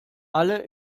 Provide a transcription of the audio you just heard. alle